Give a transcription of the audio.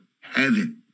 heaven